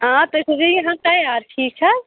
آ تُہۍ تھٲوزیٚو یہِ ہَن تیار ٹھیٖک چھا